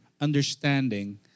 understanding